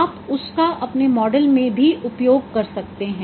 आप उसका अपने मॉडल में भी उपयोग कर सकते हैं